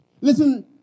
Listen